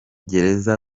gereza